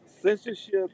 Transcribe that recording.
Censorship